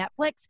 Netflix